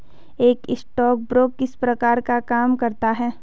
एक स्टॉकब्रोकर किस प्रकार का काम करता है?